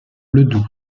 ledoux